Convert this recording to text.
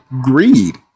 greed